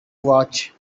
watch